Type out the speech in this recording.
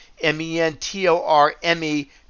m-e-n-t-o-r-m-e